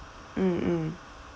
mm mm